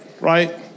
Right